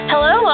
Hello